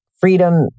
Freedom